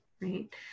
right